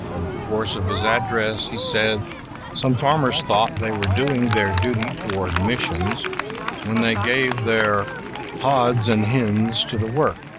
in the course of his address he said some farmers thought they were doing their duty toward missions when they gave their hodds and hends to the work,